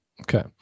Okay